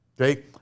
okay